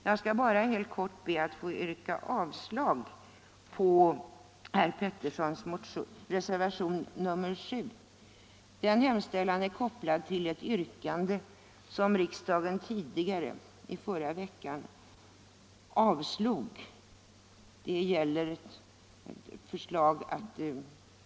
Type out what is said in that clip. Jag skall bara helt kort yrka avslag på herr Petterssons reservation nr 7. Dess hemställan är kopplad till ett yrkande, som riksdagen i förra veckan avslog.